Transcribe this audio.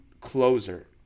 closer